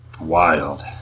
wild